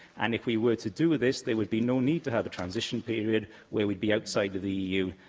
and if we were to do this, there would be no need to have a transition period where we'd be outside of the eu,